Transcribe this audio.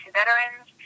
veterans